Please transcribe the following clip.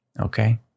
Okay